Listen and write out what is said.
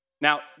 Now